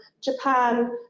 Japan